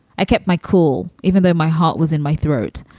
i kept my cool even though my heart was in my throat.